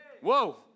whoa